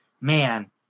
man